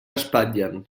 espatllen